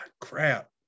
Crap